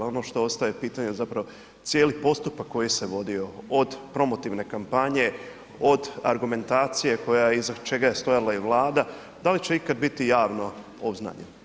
Ono što ostaje pitanje zapravo cijeli postupak koji se vodio od promotivne kampanje, od argumentacije koja je, iza čega je stajala i Vlada, da li će ikad biti javno obznanjeno.